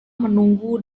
menunggu